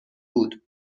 بود